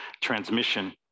transmission